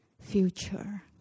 future